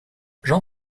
jean